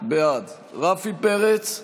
בעד רפי פרץ,